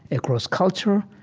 across culture,